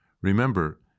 Remember